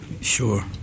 sure